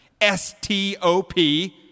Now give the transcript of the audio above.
S-T-O-P